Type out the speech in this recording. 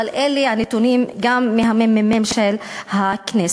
אבל אלה הנתונים גם מהממ"מ של הכנסת.